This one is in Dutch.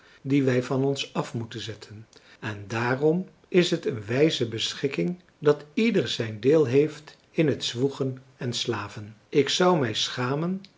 die wij van ons af moeten zetten en daarom is het een wijze beschikking dat ieder zijn deel heeft in het zwoegen en slaven ik zou mij schamen